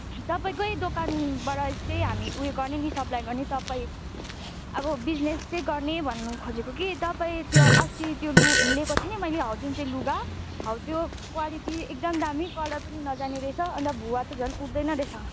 तपाईँकै दोकानबाट चाहिँ हामी उयो गर्ने नि सप्लाई गर्ने तपाईँ अब बिजनेस चाहिँ गर्ने भन्नु खोजेको कि तपाईँ त्यो लु ल्याएको थिएँ नि मैले हो जुन चाहिँ लुगा हौ त्यो क्वालिटी एकदम दामी कलर पनि नजाने रहेछ अन्त भुवा त झन् उठ्दैन रैछ